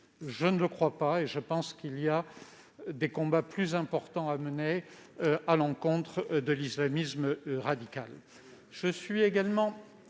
Je ne le crois pas. Il y a selon moi des combats plus importants à mener à l'encontre de l'islamisme radical.